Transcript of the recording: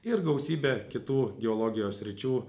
ir gausybė kitų geologijos sričių